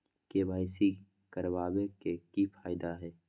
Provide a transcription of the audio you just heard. KYC करवाबे के कि फायदा है?